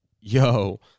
yo